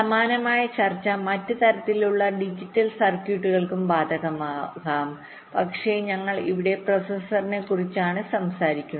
സമാനമായ ചർച്ച മറ്റ് തരത്തിലുള്ള ഡിജിറ്റൽ സർക്യൂട്ടുകൾക്കും ബാധകമാകും പക്ഷേ ഞങ്ങൾ ഇവിടെ പ്രോസസറിനെക്കുറിച്ചാണ് സംസാരിക്കുന്നത്